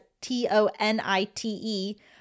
T-O-N-I-T-E